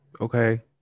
Okay